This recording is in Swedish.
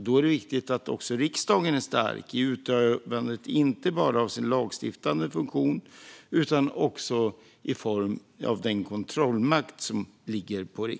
Då är det viktigt att också riksdagen är stark i utövandet av inte bara sin lagstiftande funktion utan också sin kontrollmakt.